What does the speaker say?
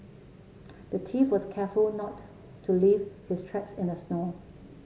the thief was careful not to leave his tracks in the snow